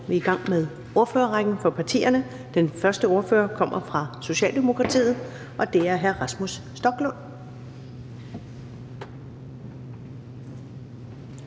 vi i gang med ordførerrækken for partierne. Den første ordfører kommer fra Socialdemokratiet, og det er hr. Rasmus Stoklund.